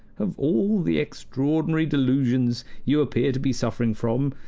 of all the extraordinary delusions you appear to be suffering from,